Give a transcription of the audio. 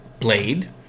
Blade